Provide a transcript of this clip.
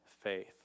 faith